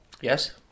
Yes